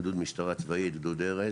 גדוד משטרה צבאית, גדוד ארז.